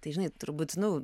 tai žinai turbūt nu